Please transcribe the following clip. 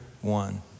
one